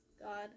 God